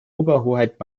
oberhoheit